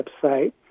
website